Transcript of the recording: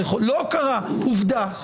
לא קרה עובדה,